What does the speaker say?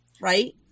right